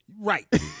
Right